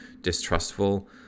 distrustful